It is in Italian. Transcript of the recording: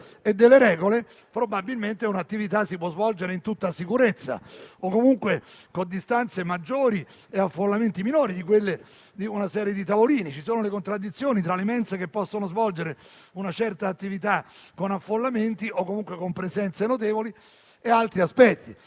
e delle regole, probabilmente si può svolgere un'attività in tutta sicurezza, con distanze maggiori e affollamenti minori rispetto a una serie di tavolini. Ci sono contraddizioni tra le mense che possono svolgere una certa attività, con affollamenti o comunque con presenze notevoli, e altre